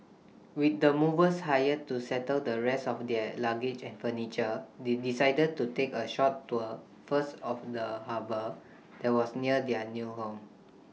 with the movers hired to settle the rest of their luggage and furniture they decided to take A short tour first of the harbour that was near their new home